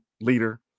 leader